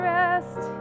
rest